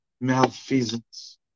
malfeasance